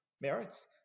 merits